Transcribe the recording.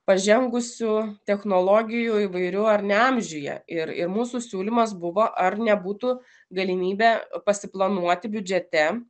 pažengusių technologijų įvairių ar ne amžiuje ir ir mūsų siūlymas buvo ar nebūtų galimybė pasiplanuoti biudžete